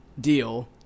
deal